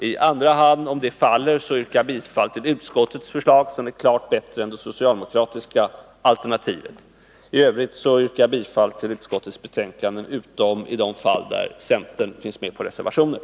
I andra hand, om motionen inte bifalles, yrkar jag bifall till utskottets förslag, som är klart bättre än det socialdemokratiska alternativet. I övrigt yrkar jag bifall till utskottets hemställan utom där centerpartiledamöter står bakom reservationerna.